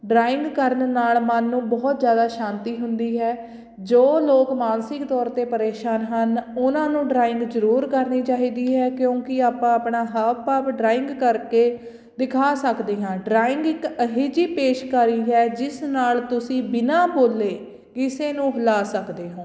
drawing ਕਰਨ ਨਾਲ ਮਨ ਨੂੰ ਬਹੁਤ ਜ਼ਿਆਦਾ ਸ਼ਾਂਤੀ ਹੁੰਦੀ ਹੈ ਜੋ ਲੋਕ ਮਾਨਸਿਕ ਤੌਰ 'ਤੇ ਪਰੇਸ਼ਾਨ ਹਨ ਉਹਨਾਂ ਨੂੰ ਡਰਾਇੰਗ ਜ਼ਰੂਰ ਕਰਨੀ ਚਾਹੀਦੀ ਹੈ ਕਿਉਂਕਿ ਆਪਾਂ ਆਪਣਾ ਹਾਵ ਭਾਵ ਡਰਾਇੰਗ ਕਰਕੇ ਦਿਖਾ ਸਕਦੇ ਹਾਂ ਡਰਾਇੰਗ ਇੱਕ ਇਹੇ ਜੀ ਪੇਸ਼ਕਾਰੀ ਹੈ ਜਿਸ ਨਾਲ ਤੁਸੀਂ ਬਿਨਾਂ ਬੋਲੇ ਕਿਸੇ ਨੂੰ ਹਿਲਾ ਸਕਦੇ ਹੋ